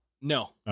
No